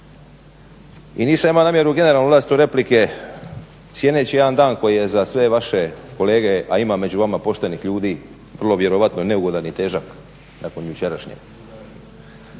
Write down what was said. i nisam imao namjeru generalno ulaziti u replike cijeneći jedan dan koji je za sve vaše, a ima među vama poštenih ljudi vrlo vjerojatno neugodan i težak nakon jučerašnjeg.